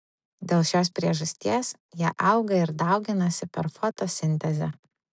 dėl šios priežasties jie auga ir dauginasi per fotosintezę